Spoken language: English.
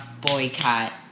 boycott